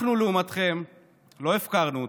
אנחנו לעומתכם לא הפקרנו אותם.